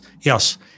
yes